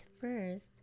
first